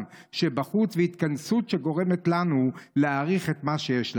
שבחוץ והתכנסות שגורמת לנו להעריך את מה שיש לנו.